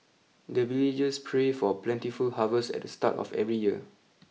the villagers pray for plentiful harvest at the start of every year